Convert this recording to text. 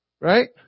right